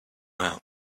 out